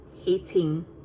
hating